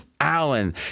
Allen